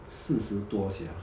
四十多 sia